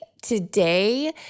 Today